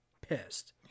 pissed